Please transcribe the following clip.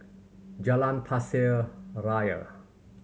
Jalan Pasir Ria